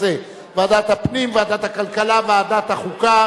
בוועדה שתקבע ועדת הכנסת נתקבלה.